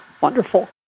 Wonderful